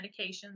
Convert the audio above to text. medications